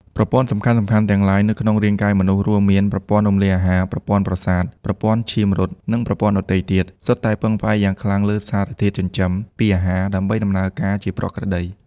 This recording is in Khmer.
ប្រព័ន្ធសំខាន់ៗទាំងឡាយនៅក្នុងរាងកាយមនុស្ស រួមមាន ប្រព័ន្ធរំលាយអាហារ ប្រព័ន្ធប្រសាទ ប្រព័ន្ធឈាមរត់ និងប្រព័ន្ធដទៃទៀត សុទ្ធតែ ពឹងផ្អែកយ៉ាងខ្លាំងលើសារធាតុចិញ្ចឹមពីអាហារ ដើម្បីដំណើរការជាប្រក្រតី។